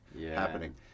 happening